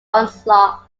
onslaught